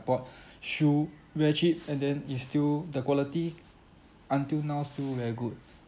bought shoe very cheap and then it's still the quality until now still very good